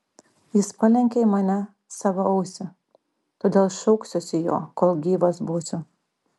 jis palenkė į mane savo ausį todėl šauksiuosi jo kol gyvas būsiu